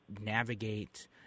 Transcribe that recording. navigate